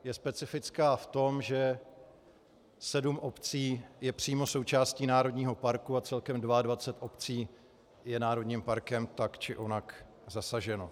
Je specifická v tom, že sedm obcí je přímo součástí národního parku a celkem 22 obcí je národním parkem tak či onak zasaženo.